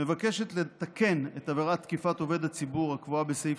מבקשת לתקן את עבירת תקיפת עובד ציבור הקבועה בסעיף